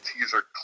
teaser